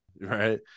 Right